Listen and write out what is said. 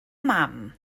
mam